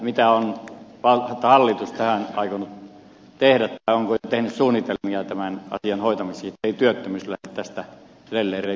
mitä suunnitelmia hallitus on tähän aikonut tehdä tai onko jo tehnyt tämän asian hoitamiseksi ettei työttömyys lähde tästä edelleen reippaaseen kasvuun